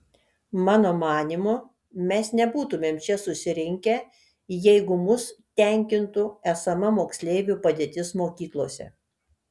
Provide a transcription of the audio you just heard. mano manymu mes nebūtumėm čia susirinkę jeigu mus tenkintų esama moksleivių padėtis mokyklose